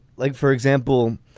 like, for example,